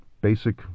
basic